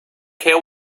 care